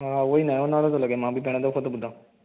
हा उहो ई नओं नालो थो लॻे मां बि पहिरियों दफ़ो थो ॿुधां